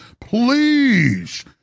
Please